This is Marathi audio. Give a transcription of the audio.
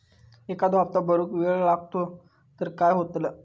एखादो हप्तो भरुक वेळ लागलो तर काय होतला?